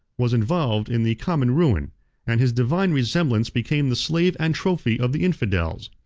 was involved in the common ruin and his divine resemblance became the slave and trophy of the infidels.